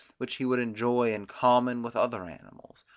which he would enjoy in common with other animals.